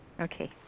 Okay